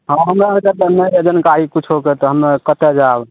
हँ हमरा आरके तऽ नहि यऽ जानकारी किछुके तऽ हमे कतऽ जाएब